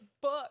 book